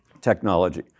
technology